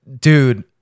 dude